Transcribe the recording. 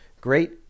Great